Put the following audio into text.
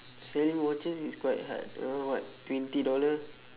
selling watches is quite hard around what twenty dollar